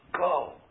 go